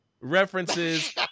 references